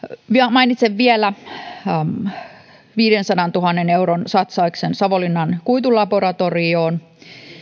mainitsen vielä viidensadantuhannen euron satsauksen savonlinnan kuitulaboratorioon